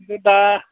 ओमफ्राय दा